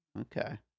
okay